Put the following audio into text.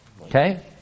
Okay